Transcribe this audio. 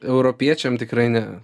europiečiam tikrai ne